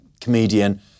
comedian